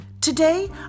today